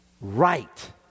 right